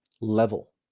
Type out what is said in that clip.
level